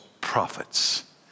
prophets